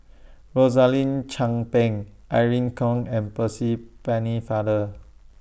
Rosaline Chan Pang Irene Khong and Percy Pennefather